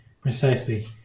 precisely